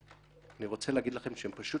אני רוצה להגיד לכם שהם פשוט